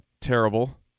terrible